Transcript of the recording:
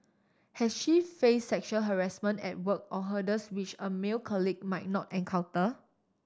has she face sexual harassment at work or hurdles which a male colleague might not encounter